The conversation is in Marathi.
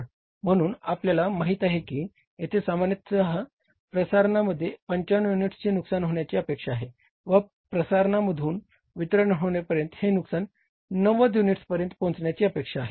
म्हणून आपल्याला माहित आहे की येथे सामान्य प्रसारणामध्ये 95 युनिट्सची नुकसान होण्याची अपेक्षा आहे व प्रसारणापासून वितरणापर्यंत हे नुकसान 90 युनिट्स पर्यंत पोहचण्याची अपेक्षा आहे